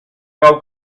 bou